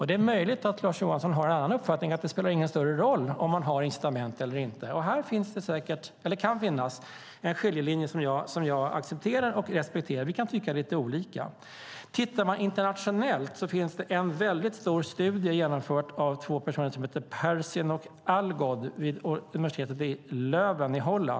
Det är möjligt att Lars Johansson har en annan uppfattning och anser att det inte spelar någon större roll om man har incitament eller inte. Här kan det finnas en skiljelinje som jag accepterar och respekterar. Vi kan tycka lite olika. Tittar man internationellt finns det en väldigt stor studie genomförd av två personer som heter Persyn och Algoed vid universitet i Leuven.